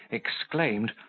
exclaimed,